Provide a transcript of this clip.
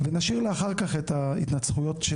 ונשאיר לאחר כך את ההתנצחויות שבעת הזו הן מיותרות.